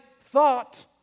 thought